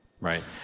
Right